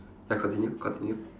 ya continue continue